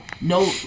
No